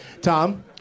Tom